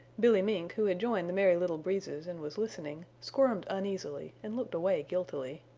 billy mink, who had joined the merry little breezes and was listening, squirmed uneasily and looked away guiltily.